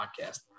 podcast